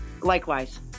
Likewise